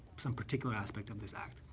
some particular aspect of this act.